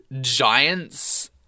giants